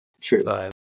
True